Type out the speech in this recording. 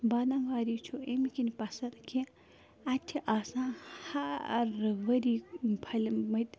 بادم واری چھُ امہِ کِنۍ پسنٛد کہِ اَتہِ چھِ آسان ہر ؤرۍ یہِ پھٔلمٕتۍ